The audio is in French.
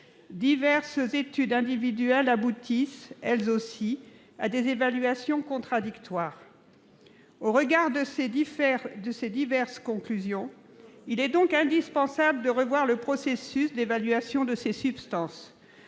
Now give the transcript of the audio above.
Différentes études individuelles aboutissent, elles aussi, à des évaluations contradictoires. Au regard de ces diverses conclusions, il semble indispensable de revoir le processus d'évaluation de ces substances.